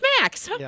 max